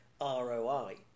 ROI